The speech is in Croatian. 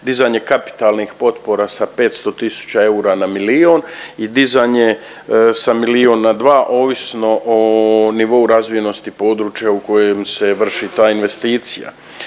dizanje kapitalnih potpora sa 500 tisuća eura na milion i dizanje sa milion na dva ovisno o nivou razvijenosti područja u kojem se vrši ta investicija.